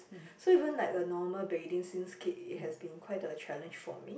so even like a normal bathing since kid it has been quite a challenge for me